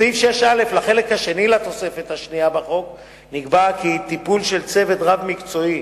בסעיף 6א לחלק השני לתוספת השנייה בחוק נקבע כי טיפול של צוות רב-מקצועי